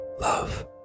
love